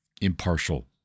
impartial